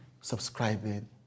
subscribing